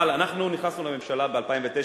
אבל אנחנו נכנסנו לממשלה ב-2009,